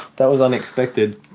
that was unexpected.